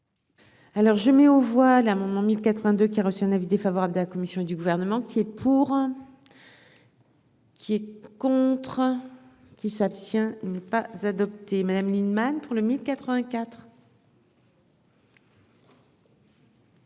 Alors je mets aux voix l'amendement 1082 qui a reçu un avis défavorable de la commission et du gouvernement qui est pour. Qui est contre qui s'abstient n'est pas adopté, Madame Lienemann pour le 1084.